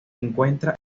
encuentra